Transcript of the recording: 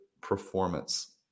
performance